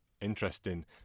Interesting